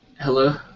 Hello